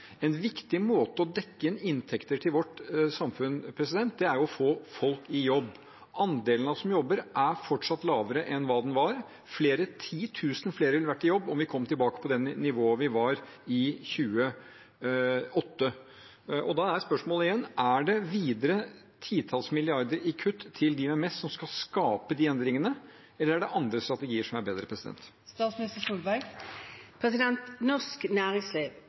En viktig måte å dekke inn inntekter til vårt samfunn på er å få folk i jobb. Andelen av oss som jobber, er fortsatt lavere enn hva den var. Flere titusen ville vært i jobb om vi kom tilbake på det nivået vi var på i 2008. Da er spørsmålet igjen: Er det videre titalls milliarder i kutt til dem med mest som skal skape de endringene, eller er det andre strategier som er bedre? Norsk næringsliv